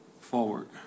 forward